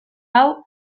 hau